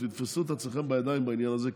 תתפסו את עצמכם בידיים בעניין הזה,